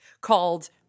called